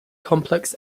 complex